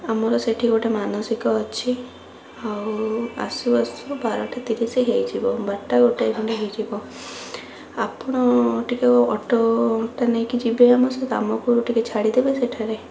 ଆମର ସେଇଠି ଗୋଟେ ମାନସିକ ଅଛି ଆଉ ଆସୁଆସୁ ବାରଟା ତିରିଶ ହୋଇଯିବ ବାରଟା ଗୋଟାଏ ଖଣ୍ଡେ ହୋଇଯିବ ଆପଣ ଟିକିଏ ଅଟୋରେ ନେଇକି ଯିବେ ଆମ ସହିତ ଆମକୁ ବି ଟିକିଏ ଛାଡ଼ିଦେବେ ସେଠାରେ